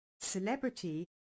celebrity